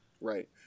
Right